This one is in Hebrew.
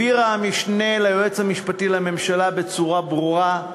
הבהיר המשנה ליועץ המשפטי לממשלה בצורה ברורה,